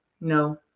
No